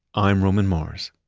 i'm roman mars